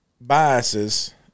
biases